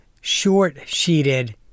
short-sheeted